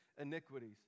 iniquities